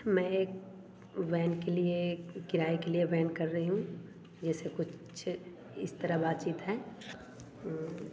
मैं एक वेन के लिए किराए के लिए वेन कर रही हूँ जैसे कुछ इस तरह बातचीत है हम्म